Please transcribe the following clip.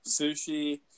Sushi